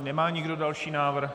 Nemá nikdo další návrh?